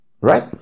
right